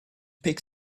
pick